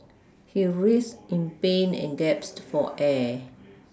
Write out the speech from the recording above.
he writhed in pain and gasped for air